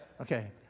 Okay